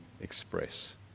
express